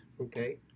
Okay